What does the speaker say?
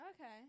Okay